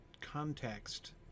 context